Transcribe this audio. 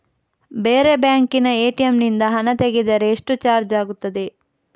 ಬೇರೆ ಬ್ಯಾಂಕಿನ ಎ.ಟಿ.ಎಂ ನಿಂದ ಹಣ ತೆಗೆದರೆ ಎಷ್ಟು ಚಾರ್ಜ್ ಆಗುತ್ತದೆ?